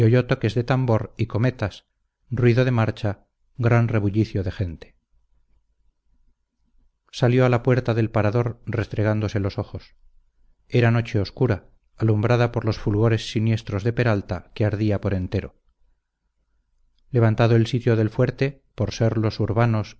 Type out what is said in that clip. de tambor y cometas ruido de marcha gran rebullicio de gente salió a la puerta del parador restregándose los ojos era noche oscura alumbrada por los fulgores siniestros de peralta que ardía por entero levantado el sitio del fuerte por ser los urbanos